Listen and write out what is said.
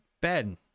Ben